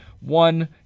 one